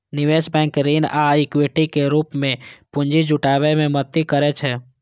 निवेश बैंक ऋण आ इक्विटी के रूप मे पूंजी जुटाबै मे मदति करै छै